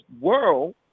world